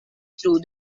through